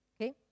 okay